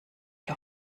für